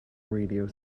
radio